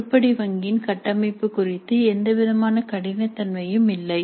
உருப்படி வங்கியின் கட்டமைப்பு குறித்து எந்தவிதமான கடினத்தன்மையும் இல்லை